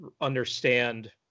understand